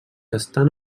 estan